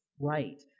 right